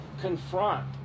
confront